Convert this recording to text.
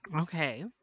okay